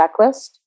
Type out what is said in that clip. checklist